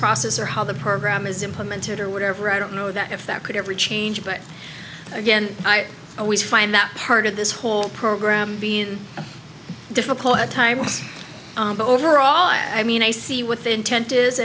process or how the program is implemented or whatever i don't know that if that could ever change but again i always find that part of this whole program being difficult at times but overall i mean i see what the intent is